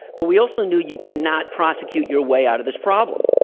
but we also knew you cannot prosecute your way out of this problem.